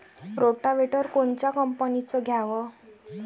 Rotavator कोनच्या कंपनीचं घ्यावं?